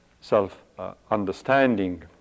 self-understanding